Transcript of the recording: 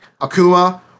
Akuma